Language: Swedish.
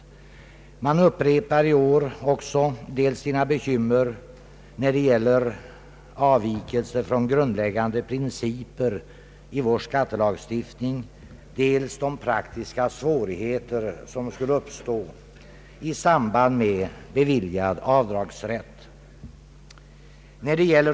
Utskottet upprepar i år dels sina bekymmer när det gäller avvikelser från grundläggande principer i vår skattelagstiftning, dels de praktiska svårigheter som skulle uppstå i samband med beviljad avdragsrätt.